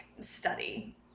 study